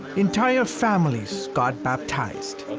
entire families got baptized.